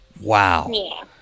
Wow